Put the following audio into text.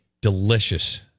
delicious